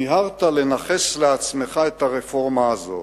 מיהרת לנכס לעצמך את הרפורמה הזאת.